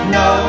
no